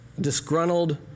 disgruntled